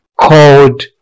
called